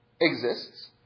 exists